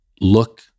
look